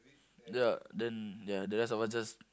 ya then ya the rest of us just